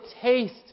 taste